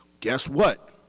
guess what,